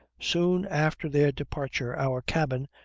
soon after their departure our cabin,